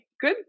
good